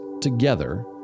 together